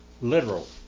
literal